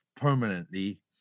permanently